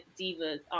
divas